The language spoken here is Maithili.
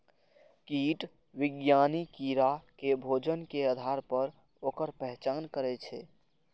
कीट विज्ञानी कीड़ा के भोजन के आधार पर ओकर पहचान करै छै